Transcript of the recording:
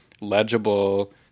legible